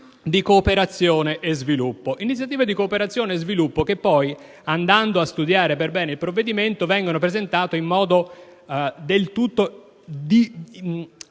di cooperazione e sviluppo. Peraltro, queste iniziative di cooperazione e sviluppo, andando a studiare per bene il provvedimento, vengono presentate in modo del tutto